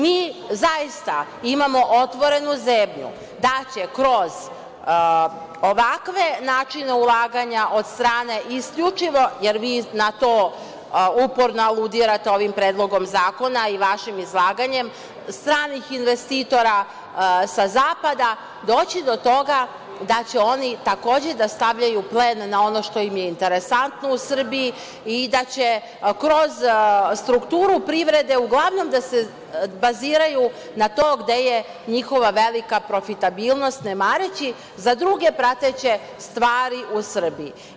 Mi zaista imamo otvorenu zebnju da će kroz ovakve načine ulaganja od strane isključivo, jer vi na to uporno aludirate ovim predlogom zakona i vašim izlaganjem, stranih investitora sa zapada doći do toga da će oni takođe da stavljaju plen na ono što im je interesantno u Srbiji i da će kroz strukturu privrede uglavnom da se baziraju na to gde je njihova velika profitabilnost, ne mareći za druge prateće stvari u Srbiji.